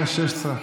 25, 16,